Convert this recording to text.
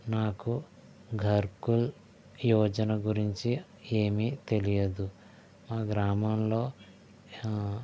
నాకు ఘర్కుల్ యోజన గురించి ఏమీ తెలియదు ఆ గ్రామంలో